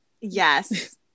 yes